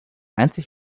einzig